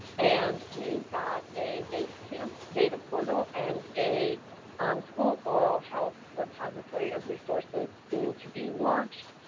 and we've got a basecamp data portal and a school oral health repository of resources soon to be launched.